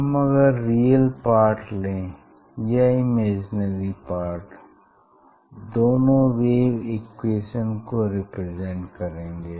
हम अगर real part लें या इमेजिनरी पार्ट दोनों वेव इक्वेशन को रिप्रेजेंट करेंगे